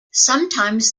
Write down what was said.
sometimes